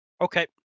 Okay